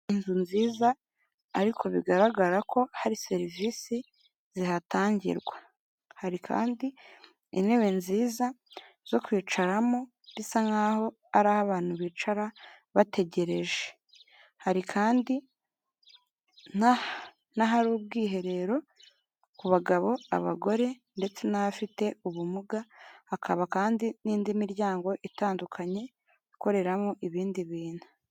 Inzu nziza ariko bigaragara ko hari serivisi zihatangirwa hari kandi intebe nziza zo kwicaramo bisa nk'aho ari abantu bicara bategereje, hari kandi n'ahari ubwiherero ku bagabo abagore ndetse n'abafite ubumuga hakaba kandi n'indi miryango itandukanye ikoreramo ibindi bintu.